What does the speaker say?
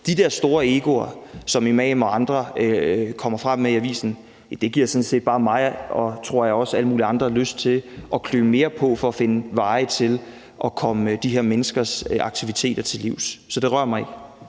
der store egoer, som imamer og andre giver udtryk for i avisen, giver sådan set bare mig og, tror jeg, også alle mulige andre lyst til at klø mere på for at finde veje til at komme de her menneskers aktiviteter til livs. Så det rører mig